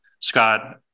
Scott